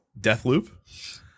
Deathloop